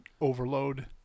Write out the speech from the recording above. overload